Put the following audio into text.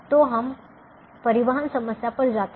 तो हम परिवहन समस्या पर जाते हैं